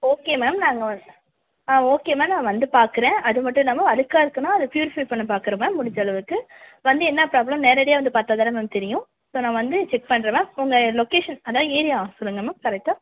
okay ma'am நாங்கள் வந் ஆ ஓகே மேம் நான் வந்து பார்க்கறேன் அது மட்டும் இல்லாமல் அழுக்காக இருக்குன்னால் அது ப்யூரிஃபை பண்ணப் பார்க்கறேன் மேம் முடிஞ்சளவுக்கு வந்து என்ன ப்ராப்ளம் நேரடியாக வந்து பார்த்தா தானே மேம் தெரியும் இப்போ நான் வந்து செக் பண்ணுறேன் மேம் உங்கள் லொக்கேஷன் அதுதான் ஏரியா சொல்லுங்க மேம் கரெக்டாக